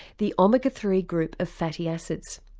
the omega three group of fatty acids.